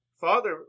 Father